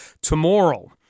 tomorrow